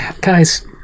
guys